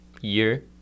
year